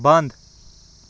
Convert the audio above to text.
بَنٛد